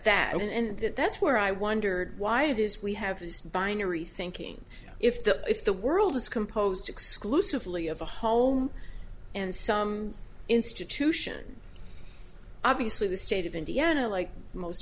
that and that's where i wondered why it is we have this binary thinking if the if the world is composed exclusively of a home and some institution obviously the state of indiana like most